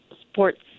sports